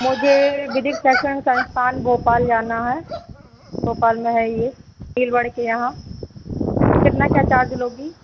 मुझे विदिक संस्करण संस्थान भोपाल जाना है भोपाल में है यह के यहाँ तो कितना क्या चार्ज लोगी